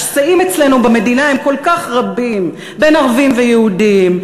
השסעים אצלנו במדינה הם כל כך רבים: בין ערבים ויהודים,